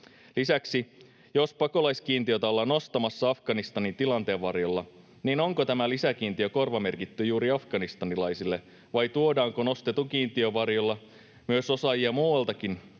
Lisäksi, jos pakolaiskiintiötä ollaan nostamassa Afganistanin tilanteen varjolla, niin onko tämä lisäkiintiö korvamerkitty juuri afganistanilaisille vai tuodaanko nostetun kiintiön varjolla osaajia muualtakin